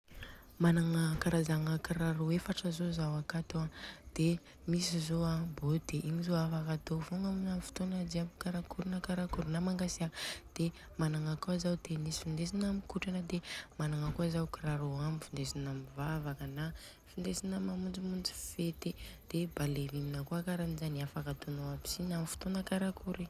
Managna karazagna kiraro efatra zô zaho akato an de misy zô an bôty, Igny zô an de afaka atô fogna amin'ny fotoana jiaby na karakory na karakory na mangatsiaka. De managna kôa zaho tenisy findesina mikotrana. De managna kôa zaho kiraro ambo findesina mivavaka an findesina mamonjimonjy fety. De ballerine kôa karanzany afaka atônô aby sy na amin'ny fotôna karakory.